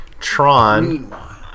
Tron